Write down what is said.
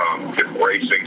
Embracing